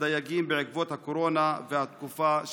לדייגים בעקבות הקורונה והתקופה שאחריה?